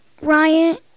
Ryan